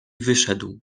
wyszedł